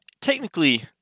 technically